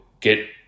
get